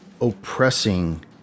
oppressing